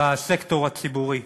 בסקטור הציבורי.